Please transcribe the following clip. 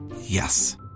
Yes